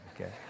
Okay